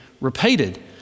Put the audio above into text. repeated